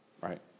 right